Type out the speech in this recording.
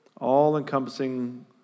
all-encompassing